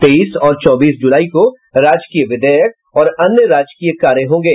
तेईस और चौबीस जुलाई को राजकीय विधेयक और अन्य राजकीय कार्य होंगे